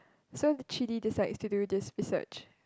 so the three D this side is to do this research